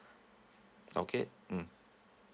okay mm